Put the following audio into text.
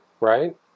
right